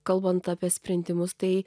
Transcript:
kalbant apie sprendimus tai